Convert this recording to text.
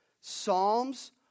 Psalms